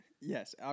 Yes